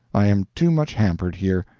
i am too much hampered here.